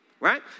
Right